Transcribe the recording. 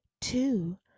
two